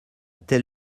tel